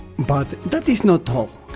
but that is not all,